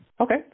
Okay